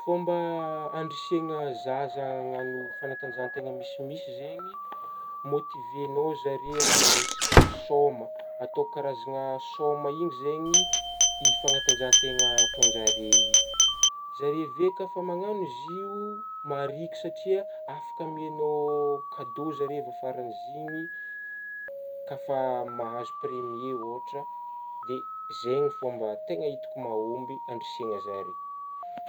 Fômba andrisihagna zaza anagno fanatanjahantegna misimisy zegny môtivegnao zare aminah resaka sôma, atô karazagna sôma io zegny io fanatanjahategna ataon-zere io, zay eve ka managno izy io mariky satria afaka amegnao kadô zare avy afara izy igny ka fa mahazo premier ôhatra de zegny fômba tegna hitako mahômby andrisihigna zare